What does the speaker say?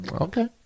Okay